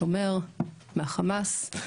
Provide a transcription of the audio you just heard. השומר מהחמאס,